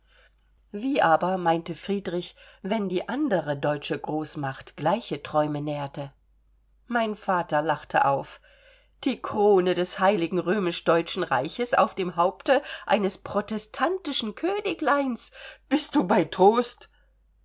wie aber meinte friedrich wenn die andere deutsche großmacht gleiche träume nährte mein vater lachte laut auf die krone des heiligen römisch deutschen reiches auf dem haupte eines protestantischen königleins bist du bei trost